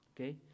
Okay